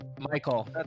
Michael